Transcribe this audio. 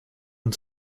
and